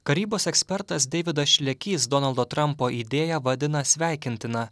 karybos ekspertas deividas šlekys donaldo trampo idėją vadina sveikintina